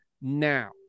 now